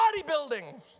bodybuilding